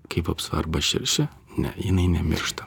kai vapsva arba širšė ne jinai nemiršta